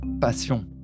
passion